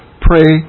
pray